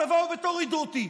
תבואו ותורידו אותי.